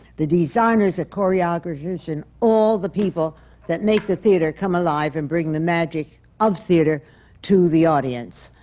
the designers, the choreographers, and all the people that make the theatre come alive and bring the magic of theatre to the audience.